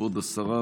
כבוד השרה,